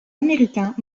américains